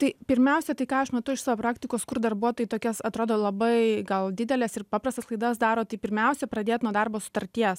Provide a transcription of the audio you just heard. tai pirmiausia tai ką aš matau iš savo praktikos kur darbuotojai tokias atrodo labai gal dideles ir paprastas klaidas daro tai pirmiausia pradėt nuo darbo sutarties